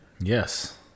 Yes